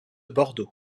bordeaux